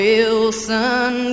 Wilson